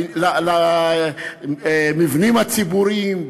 למבנים הציבוריים,